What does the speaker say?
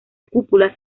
cúpula